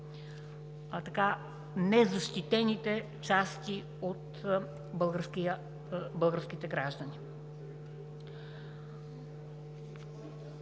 незащитените части от българските граждани.